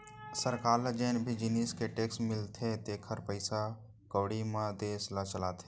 सरकार ल जेन भी जिनिस ले टेक्स मिलथे तेखरे पइसा कउड़ी म देस ल चलाथे